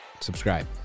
subscribe